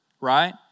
right